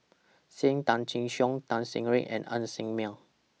SAM Tan Chin Siong Tan Ser Cher and Ng Ser Miang